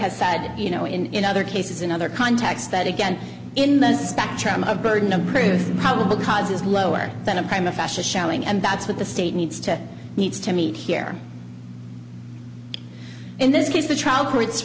has said you know in other cases in other contexts that again in the spectrum of burden of proof probable cause is lower than a crime of ashes showing and that's what the state needs to needs to meet here in this case the trial